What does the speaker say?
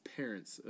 parents